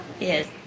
Yes